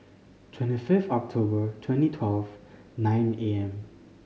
twenty fifth October twenty twelve nine